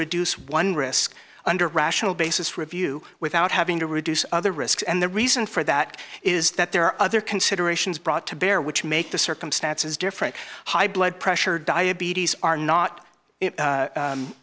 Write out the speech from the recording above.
reduce one risk under rational basis review without having to reduce other risks and the reason for that is that there are other considerations brought to bear which make the circumstances different high blood pressure diabetes are not